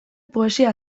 poesia